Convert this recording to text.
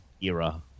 era